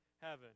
heaven